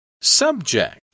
Subject